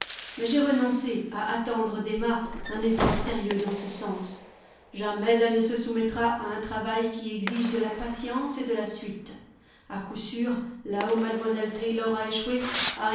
mais j'ai renoncé à attendre d'emma un effort sérieux dans ce sens jamais elle ne se soumettra à un travail qui exige de la patience et de la suite à coup sûr là où mlle taylor a échoué